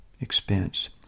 expense